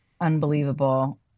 unbelievable